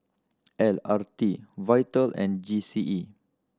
L R T Vital and G C E